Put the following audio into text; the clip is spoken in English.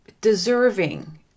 deserving